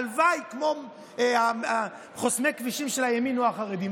הלוואי כמו חוסמי הכבישים של הימין או החרדים.